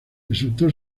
resultó